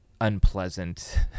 unpleasant